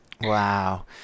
Wow